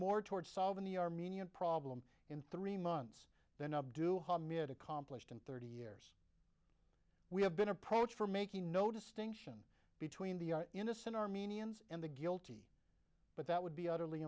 more toward solving the armenian problem in three months than of do me had accomplished in thirty years we have been approached for making no distinction between the innocent armenians and the guilty but that would be